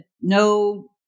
no